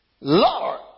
Lord